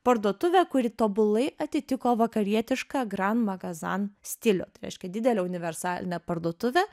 parduotuvė kuri tobulai atitiko vakarietišką gran magazan stilių o tai reiškia didelę universalinę parduotuvę